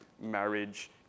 marriage